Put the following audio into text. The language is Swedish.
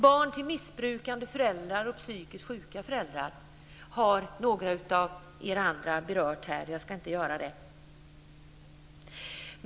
Barn till missbrukande föräldrar och psykiskt sjuka föräldrar har några av er berört. Jag ska inte göra det.